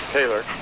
Taylor